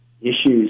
issues